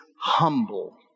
humble